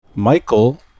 michael